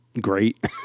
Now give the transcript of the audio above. great